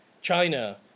China